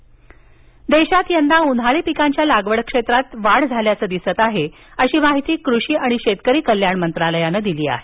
उन्हाळी पिक देशात येदा उन्हाळी पिकांच्या लागवड क्षेत्रात वाढ दिसत आहेअशी माहिती कृषी आणि शेतकरी कल्याण मंत्रालयानं दिली आहे